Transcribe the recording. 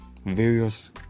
various